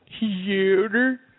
Yoder